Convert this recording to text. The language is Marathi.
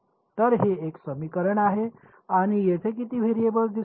तर हे एक समीकरण आहे आणि येथे किती व्हेरिएबल्स दिसतील